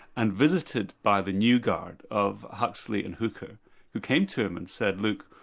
and visited by the new guard of huxley and hooker who came to him and said, look,